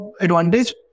advantage